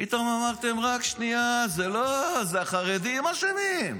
פתאום אמרתם: רק שנייה, זה לא, זה החרדים אשמים.